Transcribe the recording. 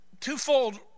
twofold